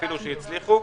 אפילו שהצליחו?